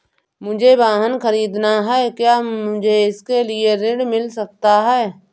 मुझे वाहन ख़रीदना है क्या मुझे इसके लिए ऋण मिल सकता है?